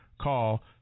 Call